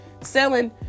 selling